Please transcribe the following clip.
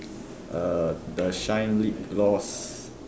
uh the shine lip gloss